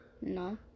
no